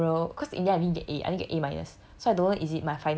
in general cause in the end I didn't get a I only get a minus